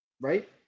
Right